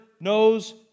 knows